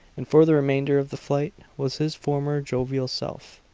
and for the remainder of the flight was his former jovial self.